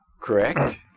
Correct